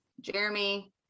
Jeremy